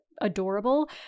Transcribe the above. adorable